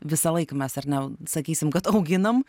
visąlaik mes ar ne sakysim kad auginam